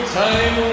time